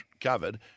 covered